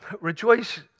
rejoice